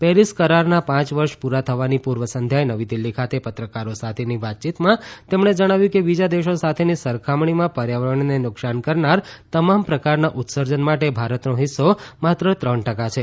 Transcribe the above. Paris કરારના પાંચ વર્ષ પુરા થવાની પુર્વ સંધ્યાએ નવી દિલ્હી ખાતે પત્રકારો સાથેની વાતચીતમાં તેમણે જણાવ્યું કે બીજા દેશો સાથેની સરખામણીમાં પર્યાવરણને નુકશાન કરનાર તમામ પ્રકારના ઉત્સર્જન માટે ભારતનો હિસ્સો માત્ર ત્રણ ટકા છે